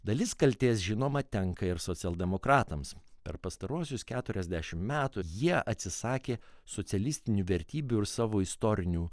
dalis kaltės žinoma tenka ir socialdemokratams per pastaruosius keturiasdešimt metų jie atsisakė socialistinių vertybių ir savo istorinių